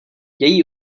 její